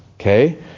Okay